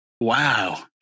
Wow